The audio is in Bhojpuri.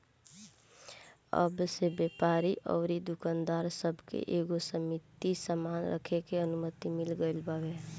अब से व्यापारी अउरी दुकानदार सब के एगो सीमित सामान रखे के अनुमति मिल गईल बावे